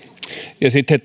ja sitten